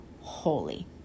holy